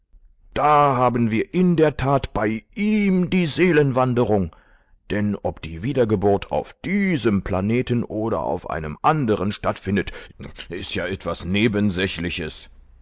da haben wir in der tat bei ihm die seelenwanderung denn ob die wiedergeburt auf diesem planeten oder auf einem anderen stattfindet ist ja etwas nebensächliches